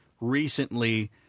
recently